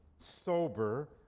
sober,